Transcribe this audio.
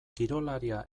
kirolaria